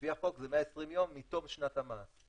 לפי החוק זה 120 יום מתום שנת המס,